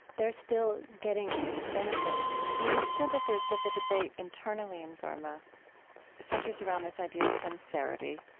they are still getting benefit i mean, you've said that there's, that the debate internally in burma centers around this idea of sincerity,